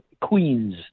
Queens